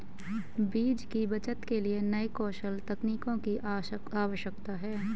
बीज की बचत के लिए नए कौशल तकनीकों की आवश्यकता है